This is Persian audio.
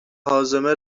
هاضمه